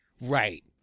Right